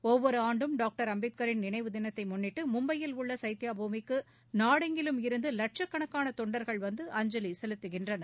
ஒவ்வொரு ஆண்டும் டாக்டர் அம்பேத்கரின் நினைவு தினத்தை முன்ளிட்டு மும்பையில் உள்ள சைத்தியாபூமிக்கு நாடெங்கிலும் இருந்து லட்சக்கணக்கான தொண்டர்கள் வந்து அஞ்சலி செலுத்துகின்றனர்